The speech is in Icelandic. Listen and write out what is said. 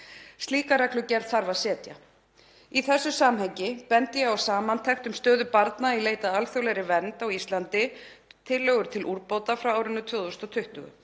Slíka reglugerð þarf að setja. Í þessu samhengi bendi ég á Samantekt um stöðu barna í leit að alþjóðlegri vernd á Íslandi, tillögur til úrbóta frá árinu 2020.